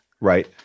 Right